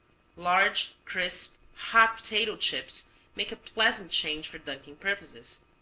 large, crisp, hot potato chips make a pleasant change for dunking purposes.